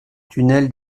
tunnel